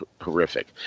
horrific